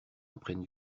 apprennent